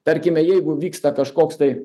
tarkime jeigu vyksta kažkoks tai